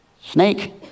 snake